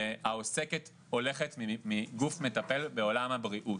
העוסקת הולכת מגוף מטפל בעולם הבריאות.